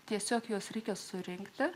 tiesiog juos reikia surinkti